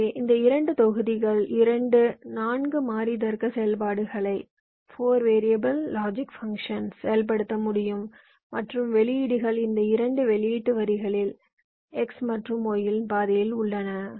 எனவே இந்த இரண்டு தொகுதிகள் இரண்டு 4 மாறி தர்க்க செயல்பாடுகளை செயல்படுத்த முடியும் மற்றும் வெளியீடுகள் இந்த 2 வெளியீட்டு வரிகளில் x மற்றும் y இல் பாதைகள் உள்ளன